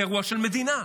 זה אירוע של מדינה.